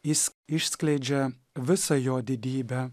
jis išskleidžia visą jo didybę